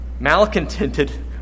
malcontented